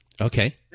Okay